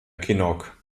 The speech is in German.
kinnock